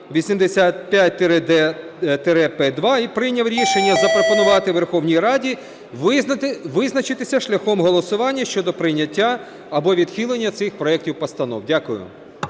2285-д-п-2). І прийняв рішення запропонувати Верховній Раді визначитися шляхом голосування щодо прийняття або відхилення цих проектів постанов. Дякую.